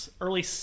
early